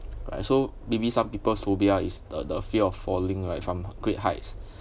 right so maybe some people's phobia is the the fear of falling right from great heights